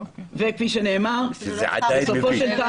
וזה עדיין מביש.